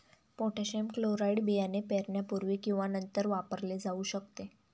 potassium chloride बियाणे पेरण्यापूर्वी किंवा नंतर वापरले जाऊ शकते